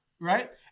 Right